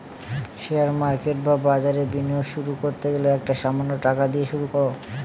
share market বা বাজারে বিনিয়োগ শুরু করতে গেলে একটা সামান্য টাকা দিয়ে শুরু করো